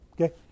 Okay